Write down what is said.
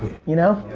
you know?